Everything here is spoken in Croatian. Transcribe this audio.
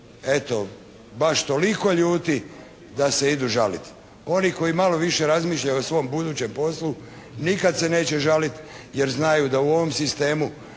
eto baš toliko ljuti da se idu žaliti. Oni koji malo više razmišljaju o svom budućem poslu, nikada se neće žaliti jer znaju da u ovom sistemu